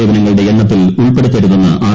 സേവനങ്ങളുടെ എണ്ണത്തിൽ ഉൾപ്പെടുത്തരുതെന്ന് ആർ